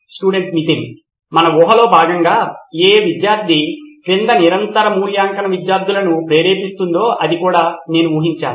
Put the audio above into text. student Nitin మన ఊహలో భాగంగా ఏ వ్యవస్థ క్రింద నిరంతర మూల్యాంకనం విద్యార్థులను ప్రేరేపిస్తుందో అది కూడా నేను ఊహించాను